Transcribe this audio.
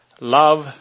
love